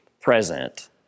present